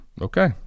okay